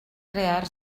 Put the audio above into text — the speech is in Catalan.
crear